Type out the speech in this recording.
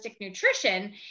nutrition